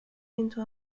into